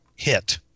hit